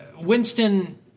Winston